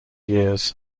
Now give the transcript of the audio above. years